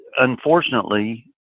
unfortunately